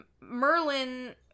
Merlin